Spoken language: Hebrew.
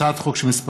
הצעת חוק שמספרה